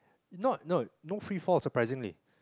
not no no free fall surprisingly